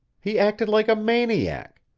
he acted like a maniac.